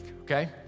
okay